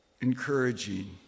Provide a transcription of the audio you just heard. encouraging